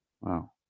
wow